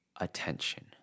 attention